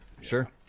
sure